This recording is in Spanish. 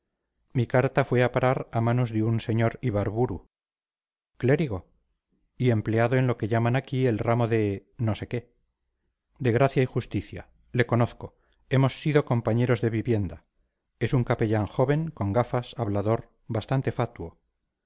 mi carta fue a parar a manos de un sr ibarburu clérigo y empleado en lo que llaman aquí el ramo de no sé qué de gracia y justicia le conozco hemos sido compañeros de vivienda es un capellán joven con gafas hablador bastante fatuo